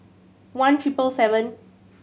one triple seven